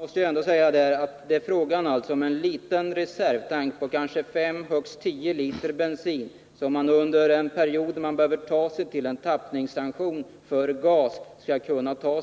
Herr talman! Jag vill framhålla att det är fråga om en liten reservtank som rymmer kanske 5 eller högst 10 liter bensin och som man kan behöva för att kunna ta sig till en tappningsstation för gas. Det handlar